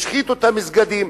השחיתו את המסגדים,